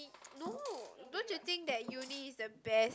no don't you think that uni is the best